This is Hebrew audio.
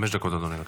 חמש דקות, אדוני.